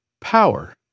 Power